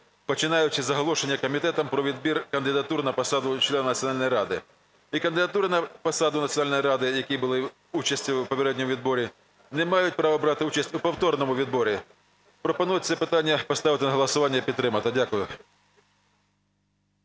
починаючи з оголошення Комітетом про відбір кандидатур на посаду члена Національної ради. І кандидатури на посаду Національної ради, які брали участь у попередньому відборі, не мають право брати участь у повторному відборі. Пропоную це питання поставити на голосування і підтримати. Дякую.